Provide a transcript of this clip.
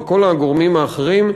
וכל הגורמים האחרים,